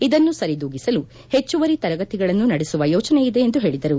ಇದನ್ನು ಸರಿದೂಗಿಸಲು ಹೆಚ್ಚುವರಿ ತರಗತಿಗಳನ್ನು ನಡೆಸುವ ಯೋಚನೆಯಿದೆ ಎಂದು ಹೇಳಿದರು